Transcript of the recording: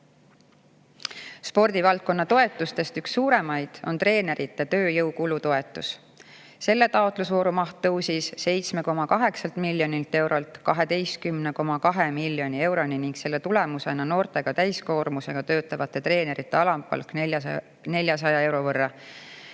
Spordivaldkonna toetustest üks suuremaid on treenerite tööjõukulu toetus. Selle taotlusvooru maht tõusis 7,8 miljonilt eurolt 12,2 miljoni euroni ning selle tulemusena noortega täiskoormusega töötavate treenerite alampalk 400 euro võrra,